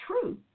true